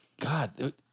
God